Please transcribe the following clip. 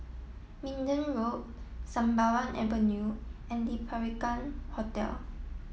Minden Road Sembawang Avenue and Le Peranakan Hotel